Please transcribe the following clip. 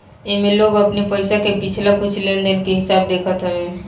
एमे लोग अपनी पईसा के पिछला कुछ लेनदेन के हिसाब देखत हवे